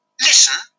Listen